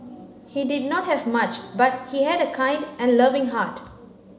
he did not have much but he had a kind and loving heart